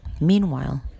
Meanwhile